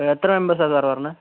എത്ര മെമ്പേർസാ സർ വരണത്